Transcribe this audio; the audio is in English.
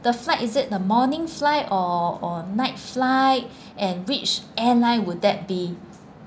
the flight is it the morning fly or or night flight and which airline would that be